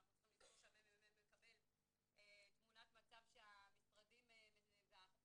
ואנחנו צריכים לזכור שהממ"מ מקבל תמונת מצב שהמשרדים ואחרים